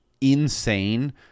insane